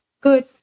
Good